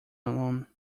alone